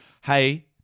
hey